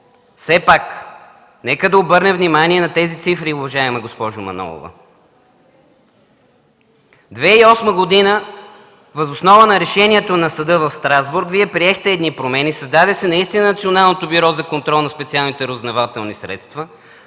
Все пак нека да обърнем внимание на тези цифри, уважаема госпожо Манолова. През 2008 г. въз основа на Решението на Съда в Страсбург Вие приехте едни промени създадохте Националното бюро за контрол на специалните разузнавателни средства,